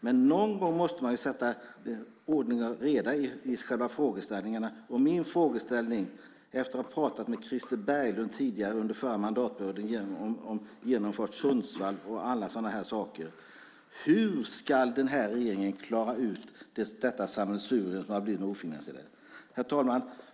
Men någon gång måste man få ordning och reda i själva frågeställningarna. Min fråga, efter att ha pratat med Christer Berglund tidigare under förra perioden om Genomfart Sundsvall och andra sådana saker, är: Hur ska den här regeringen klara upp detta sammelsurium av ofinansierade projekt? Herr talman!